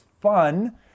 fun